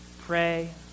pray